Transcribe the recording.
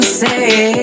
say